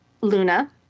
Luna